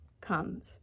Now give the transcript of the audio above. comes